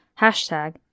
hashtag